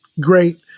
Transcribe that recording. great